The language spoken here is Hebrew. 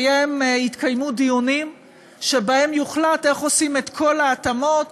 יתקיימו דיונים שבהם יוחלט איך עושים את כל ההתאמות